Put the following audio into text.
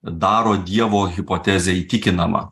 daro dievo hipotezę įtikinamą